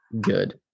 good